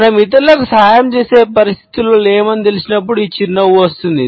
మనం ఇతరులకు సహాయం చేసే పరిస్థితిలో లేమని తెలిసినప్పుడు ఈ చిరునవ్వు వస్తుంది